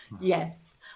yes